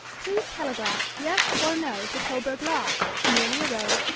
please telegraph yes or no to coburg lodge, emilia road,